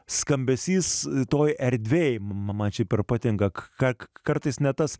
skambesys toj erdvėj ma man čia per patinka k ką kartais ne tas